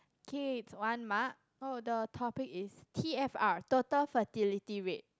kids one mark oh the topic is T_F_R total fertility rate